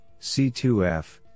C2F